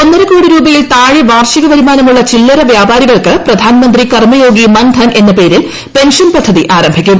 ഒന്നരക്കോടി രൂപയിൽ താഴെ വാർഷിക വരുമാനമുള്ള ചില്പറ വ്യാപാരികൾക്ക് പ്രധാൻമന്ത്രി കർമ്മയോഗി മൻധൻ എന്ന പേരിൽ പ്യെൻഷൻ പദ്ധതി ആരംഭിക്കും